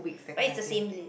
but it's the same list